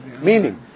meaning